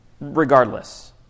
regardless